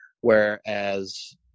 Whereas